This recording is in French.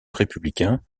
républicain